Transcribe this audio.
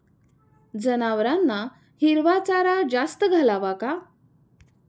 जनावरांना हिरवा चारा जास्त घालावा का?